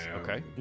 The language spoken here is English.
Okay